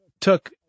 took